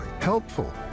helpful